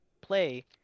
play